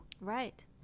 Right